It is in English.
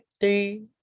three